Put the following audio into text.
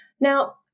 Now